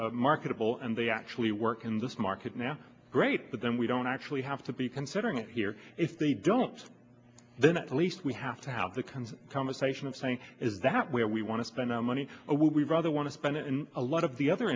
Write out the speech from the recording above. indeed marketable and they actually work in this market now great but then we don't actually have to be considering it here if they don't then at least we have to have the kinds of conversation i'm saying is that where we want to spend our money would we rather want to spend it in a lot of the other